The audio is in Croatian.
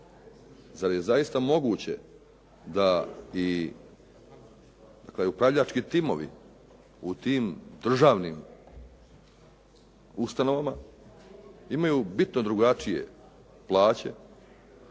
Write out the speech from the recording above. Zar je zaista moguće da i dakle upravljački timovi u tim državnim ustanovama imaju bitno drugačije plaće.